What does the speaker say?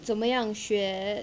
怎么样学